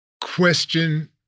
question